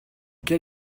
quel